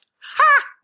Ha